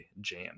jam